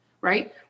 right